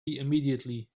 immediately